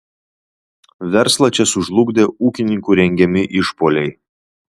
verslą čia sužlugdė ūkininkų rengiami išpuoliai